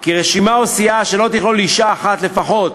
כי רשימה או סיעה שלא תכלול אישה אחת לפחות